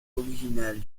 originale